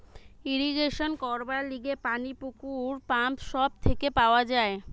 irrigation করবার লিগে পানি পুকুর, পাম্প সব থেকে পাওয়া যায়